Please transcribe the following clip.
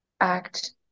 act